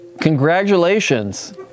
Congratulations